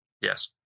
Yes